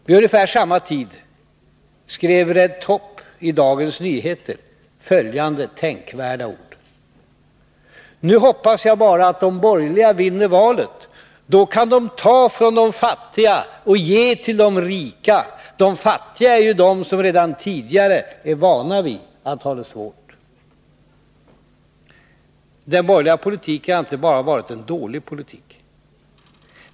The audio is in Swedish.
Vid ungefär samma tid skrev Red Top i Dagens Nyheter följande tänkvärda ord: ”Nu hoppas jag bara att de borgerliga vinner valet. Då kan de ta från de fattiga och ge till de rika. De fattiga är ju de som redan tidigare är vana vid att ha det svårt.” Den borgerliga politiken har inte bara varit en dålig politik.